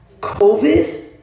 COVID